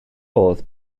modd